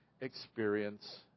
experience